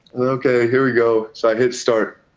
okay, here we go. so, i hit start,